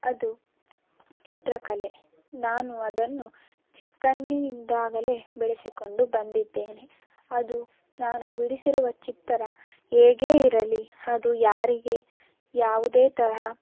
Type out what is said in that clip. ಅದು ಚಿತ್ರಕಲೆ ನಾನು ಅದನ್ನು ಚಿಕ್ಕಂದಿನಿಂದಾಗಲೇ ಬೆಳೆಸಿಕೊಂಡು ಬಂದಿದ್ದೇನೆ ಅದು ನಾನು ಬಿಡಿಸಿರುವ ಚಿತ್ತರ ಹೇಗೇ ಇರಲಿ ಅದು ಯಾರಿಗೆ ಯಾವುದೇ ತರಹ